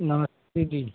नमस्ते जी